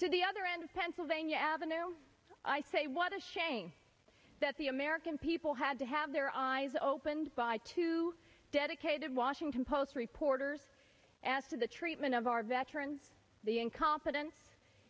to the other end of pennsylvania avenue i say what a shame that the american people had to have their eyes opened by two dedicated washington post reporters as to the treatment of our veterans the inco